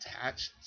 attached